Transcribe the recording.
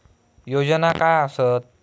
योजना काय आसत?